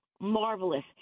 marvelous